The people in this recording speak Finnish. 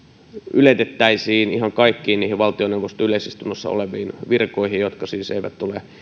yletettäisiin myös ihan kaikkiin niihin valtioneuvoston yleisistunnossa oleviin virkoihin jotka siis eivät ole